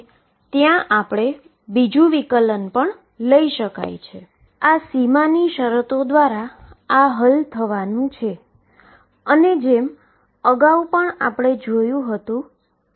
તો આ ψ છે જે મેં x ની વિરુદ્ધ ગ્રાફ દોર્યો છે જે તમે જોઈ શકો છો